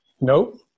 Nope